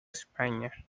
españa